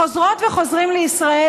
חוזרות וחוזרים לישראל,